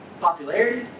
Popularity